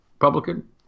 Republican